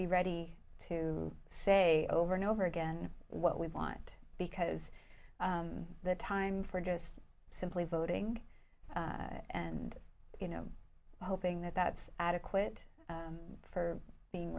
be ready to say over and over again what we want because the time for just simply voting and you know hoping that that's adequate for being